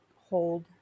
hold